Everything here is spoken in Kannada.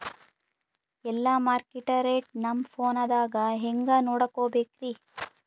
ಎಲ್ಲಾ ಮಾರ್ಕಿಟ ರೇಟ್ ನಮ್ ಫೋನದಾಗ ಹೆಂಗ ನೋಡಕೋಬೇಕ್ರಿ?